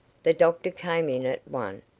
the doctor came in at one,